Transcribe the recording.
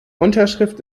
unterschrift